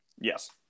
Yes